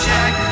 Jack